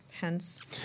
Hence